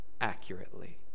accurately